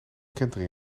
kentering